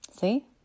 see